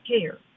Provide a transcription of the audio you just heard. care